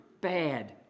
bad